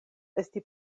esti